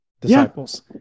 disciples